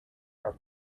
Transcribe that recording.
are